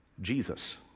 Jesus